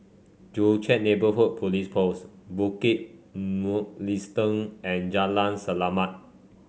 Joo Chiat Neighbourhood Police Post Bukit Mugliston and Jalan Selamat